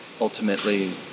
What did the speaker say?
ultimately